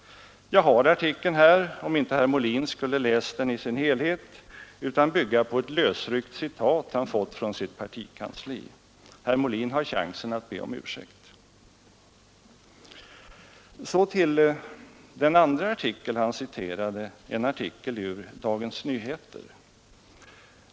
Jag har artikeln här om herr Molin inte har läst den i dess helhet utan bygger sina uttalanden på ett lösryckt citat, som han har fått från sitt partikansli. Herr Molin har chansen att be om ursäkt. Så till den andra artikeln som herr Molin citerade. Det var en artikel ur Dagens Nyheter.